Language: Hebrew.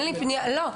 לא.